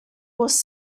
was